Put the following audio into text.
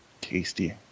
Tasty